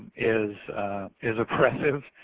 is is oppressive